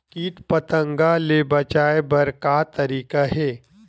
कीट पंतगा ले बचाय बर का तरीका हे?